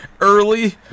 Early